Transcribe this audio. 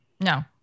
No